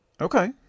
Okay